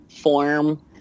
form